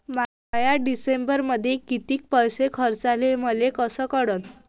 म्या डिसेंबरमध्ये कितीक पैसे खर्चले मले कस कळन?